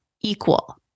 equal